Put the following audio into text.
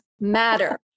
matter